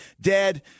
Dead